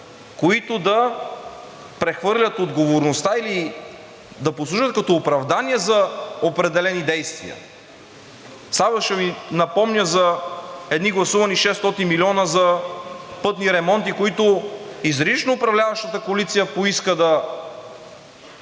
които да прехвърлят отговорността или да послужат като оправдание за определени действия. Само ще Ви напомня за едни гласувани 600 милиона за пътни ремонти, които изрично управляващата коалиция поиска да